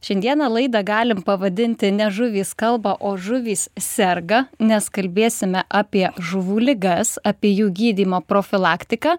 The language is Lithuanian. šiandieną laidą galim pavadinti ne žuvys kalba o žuvys serga nes kalbėsime apie žuvų ligas apie jų gydymo profilaktiką